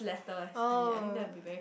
oh